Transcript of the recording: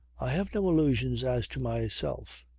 i have no illusions as to myself.